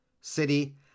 City